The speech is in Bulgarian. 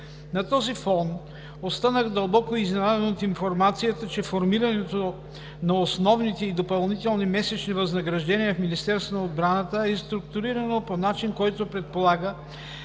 На този фон останах дълбоко изненадан от информацията, че формирането на основните и допълнителни месечни възнаграждения в Министерството на отбраната е структурирано по начин, който предполага